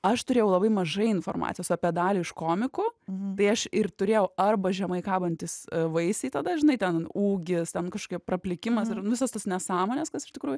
aš turėjau labai mažai informacijos apie dalį iš komikų bei aš ir turėjau arba žemai kabantys vaisiai tada žinai ten ūgis ten kažkokia praplikimas ir nu visos tos nesąmonės kas iš tikrųjų